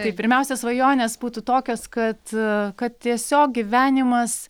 tai pirmiausia svajonės būtų tokios kad kad tiesiog gyvenimas